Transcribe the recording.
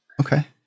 Okay